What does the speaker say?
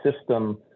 system